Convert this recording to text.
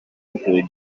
incluir